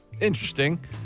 Interesting